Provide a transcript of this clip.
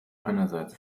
einerseits